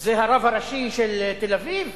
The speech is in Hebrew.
זה הרב הראשי של תל-אביב?